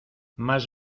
más